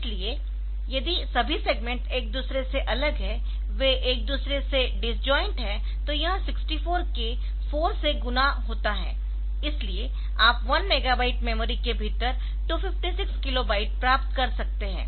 इसलिए यदि सभी सेगमेंट एक दूसरे से अलग है वे एक दूसरे से डिसजोइन्ट है तो यह 64 K 4 से गुणा होता है इसलिए आप 1 मेगाबाइट मेमोरी के भीतर 256 किलो बाइट प्राप्त कर सकते है